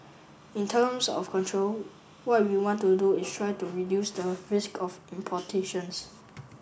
in terms of control what we want to do is try to reduce the risk of importations